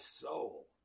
soul